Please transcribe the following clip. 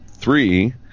three